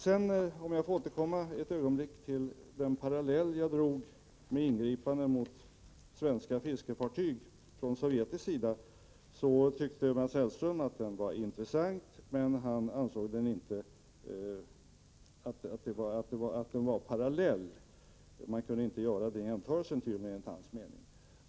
Låt mig återkomma ett ögonblick till den parallell jag drog med ingripanden mot svenska fiskefartyg från sovjetisk sida. Mats Hellström tyckte att den var intressant, men han ansåg inte att man kunde göra den jämförelsen.